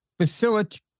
facilitate